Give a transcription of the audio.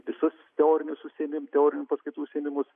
visus teorinius užsiėmim teorinių paskaitų užsiėmimus